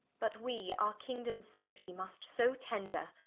but we our kingdomes safety must so tender,